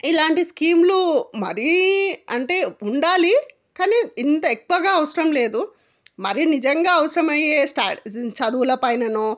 ఇలాంటి స్కీములు మరీ అంటే ఉండాలి కానీ ఇంత ఎక్కువగా అవసరం లేదు మరీ నిజంగా అవసరమయ్యే స్టా చదువుల పైననో